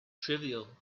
trivial